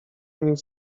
nic